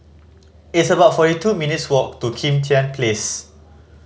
it's about forty two minutes' walk to Kim Tian Place